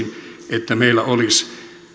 että meillä olisi